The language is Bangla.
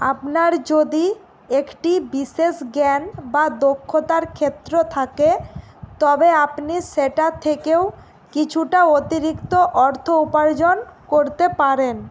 আপনার যদি একটি বিশেষ জ্ঞান বা দক্ষতার ক্ষেত্র থাকে তবে আপনি সেটা থেকেও কিছুটা অতিরিক্ত অর্থ উপার্জন করতে পারেন